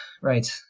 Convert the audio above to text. right